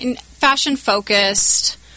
fashion-focused